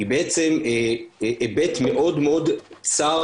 היא בעצם היבט מאוד צר,